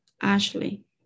Ashley